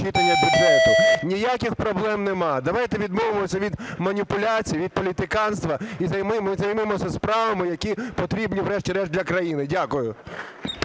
Ніяких проблем немає. Давайте відмовимося від маніпуляцій, від політиканства і займемося справами, які потрібні врешті-решт для країни. Дякую.